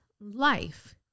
life